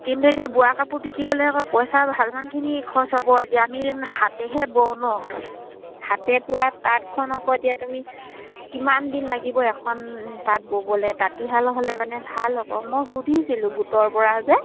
কিন্তু এতিয়া বোৱা কাপোৰ বিকিবলে আকৌ পইচা ভালমানখিনি খৰচ হ'ব এতিয়া আমি হাতেহে বওঁ ন হাতে বোৱা তাঁতখন আকৌ এতিয়া তুমি কিমান দিন লাগিব এখন তাঁত ববলে তাঁতিশাল হ'লে মানে ভাল আকৌ মই সুধিছিলোঁ গোটৰ পৰা যে